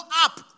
up